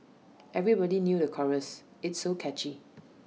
everybody knew the chorus it's so catchy